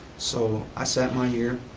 so i sat my year.